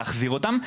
להחזיר אותם.